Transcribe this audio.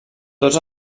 tots